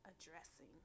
addressing